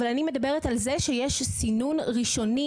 אבל אני מדברת על זה שיש סינון ראשוני